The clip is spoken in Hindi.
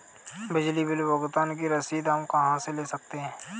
बिजली बिल भुगतान की रसीद हम कहां से ले सकते हैं?